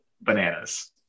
bananas